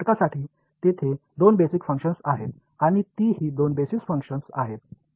घटकासाठी तेथे दोन बेसिस फंक्शन्स आहेत आणि ती ही दोन बेसिस फंक्शन्स आहेत